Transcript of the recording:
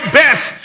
best